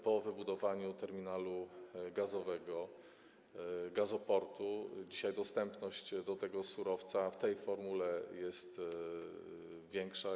Po wybudowaniu terminalu gazowego, gazoportu dzisiaj dostępność do tego surowca w tej formule jest większa.